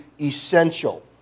essential